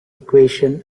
equation